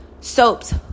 soaps